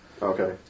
Okay